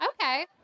Okay